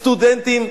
סטודנטים,